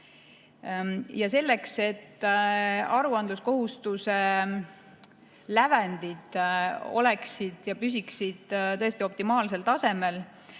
Selleks, et aruandluskohustuse lävendid oleksid ja püsiksid tõesti optimaalsel tasemel,